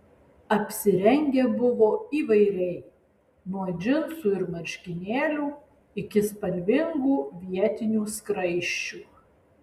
apsirengę buvo įvairiai nuo džinsų ir marškinėlių iki spalvingų vietinių skraisčių